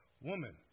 Woman